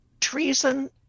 treason